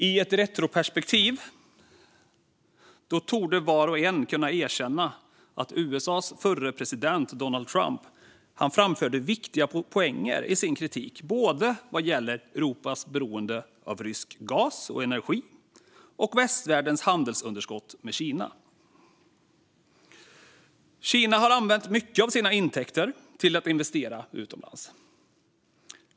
I ett retroperspektiv torde var och en kunna erkänna att USA:s förre president Donald Trump framförde viktiga poänger i sin kritik gällande både Europas beroende av rysk gas och energi och västvärldens handelsunderskott med Kina. Kina har använt mycket av sina intäkter till att investera utomlands.